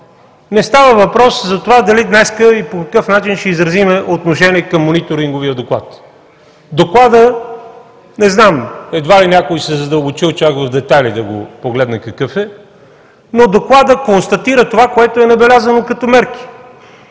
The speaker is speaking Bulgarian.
Не става въпрос за това дали днес и по какъв начин ще изразим отношение към Мониторинговия доклад. Докладът – не знам, едва ли някой се е задълбочил чак в детайли да го погледне какъв е, но Докладът констатира това, което е набелязано като мерки.